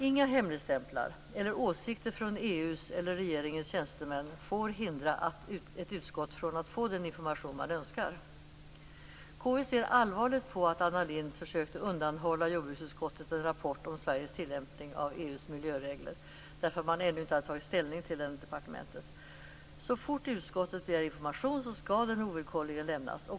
Inga hemligstämplar eller åsikter från EU:s eller regeringens tjänstemän får hindra ett utskott från att få den information man önskar. KU ser allvarligt på att Anna Lindh försökte undanhålla jordbruksutskottet en rapport om Sveriges tillämpning av EU:s miljöregler, därför att man ännu inte tagit ställning till den på departementet. Så fort utskottet begär information skall den ovillkorligen lämnas.